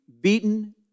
beaten